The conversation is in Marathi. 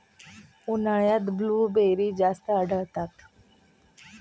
उन्हाळ्यात ब्लूबेरी जास्त आढळतात